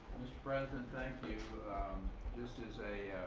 president, thank you. just as a